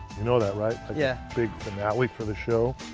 you know that, right? yeah. big finale for the show.